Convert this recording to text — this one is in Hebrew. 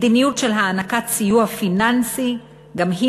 מדיניות של הענקת סיוע פיננסי גם היא